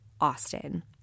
Austin